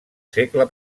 segle